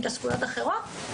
התעסקויות אחרות,